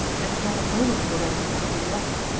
and not a moment will there need to be lost,